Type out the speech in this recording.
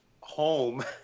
home